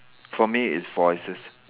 for me is voices